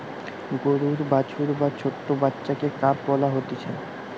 গরুর বাছুর বা ছোট্ট বাচ্চাকে কাফ বলা হতিছে